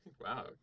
Wow